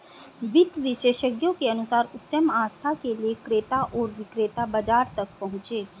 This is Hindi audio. वित्त विशेषज्ञों के अनुसार उत्तम आस्था के लिए क्रेता और विक्रेता बाजार तक पहुंचे